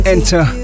Enter